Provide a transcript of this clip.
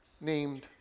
named